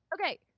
Okay